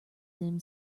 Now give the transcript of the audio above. dim